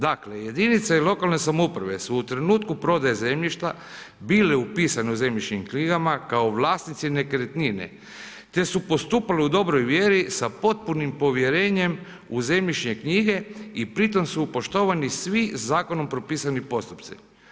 Dakle, jedinice lokalne samouprave su u trenutku prodaje zemljišta bile upisane u zemljišnim knjigama kao vlasnici nekretnine te su postupale u dobroj vjeri sa potpunim povjerenjem u zemljišne knjige i pritom su poštovani svi zakonom propisani postupci.